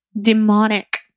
demonic